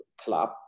club